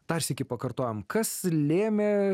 dar sykį pakartojam kas lėmė